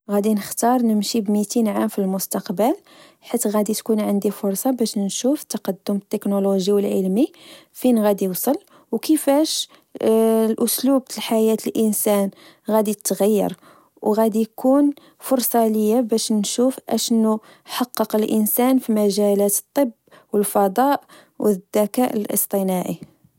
غدي نختار نمشي بمتين عام في المستقبل، حيت غدي تكون عندي فرصة باش نشوف التقدم التكنولوجي و العلمي فين غدي يوصل، وكفاش أسلوب الحياة الإنسان غدي تغير، أغدي كون فرصة ليا باش نشوف أشنو حقق الإنسان في مجالات الطب والفضاء و الدكاء الاصطناعى